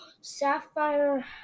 Sapphire